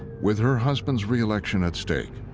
with her husband's reelection at stake,